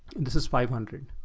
and this is five hundred.